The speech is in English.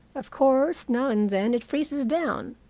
of course now and then it freezes down.